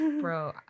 Bro